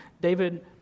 David